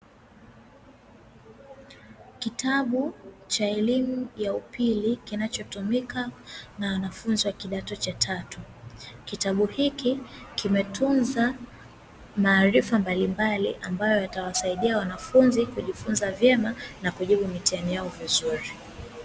Kitabu cha elimu ya upili kinachotumika na wanafunzi wa kidato cha tatu, kitabu hiki kimetunza maarifa mbalimbali, ambayo yatawasaidia wanafunzi kujifunza vyema na kujibu mitihani yao vizuri.